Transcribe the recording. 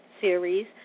series